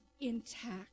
intact